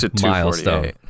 milestone